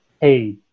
hey